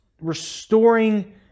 restoring